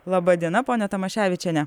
laba diena pone tamaševičiene